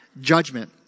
judgment